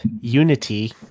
unity